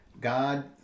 God